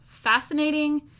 Fascinating